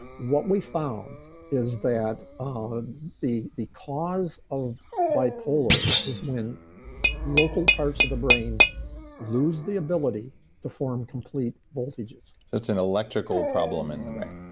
what we found is that um the the cause of bipolar is when local parts of the brain lose the ability to form complete voltages so, it's an electrical problem in the brain?